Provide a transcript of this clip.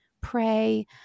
pray